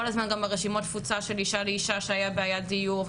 כל הזמן גם ברשימות התפוצה של אישה לאישה שהייתה בעיית דיור,